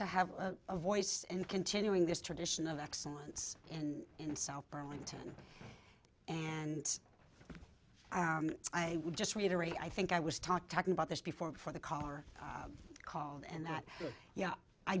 to have a voice in continuing this tradition of excellence and in south burlington and i would just reiterate i think i was talking about this before before the car called and that y